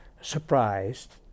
surprised